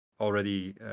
already